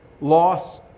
loss